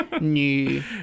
new